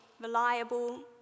reliable